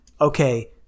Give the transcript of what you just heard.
Okay